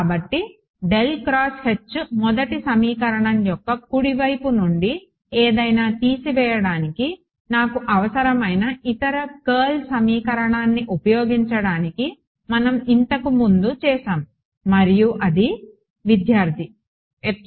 కాబట్టి మొదటి సమీకరణం యొక్క కుడి వైపు నుండి ఏదైనా తీసివేయడానికి నాకు అవసరమైన ఇతర కర్ల్ సమీకరణాన్ని ఉపయోగించడానికి మనం ఇంతకు ముందు చేసాము మరియు అది a